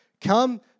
Come